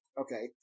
okay